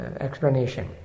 explanation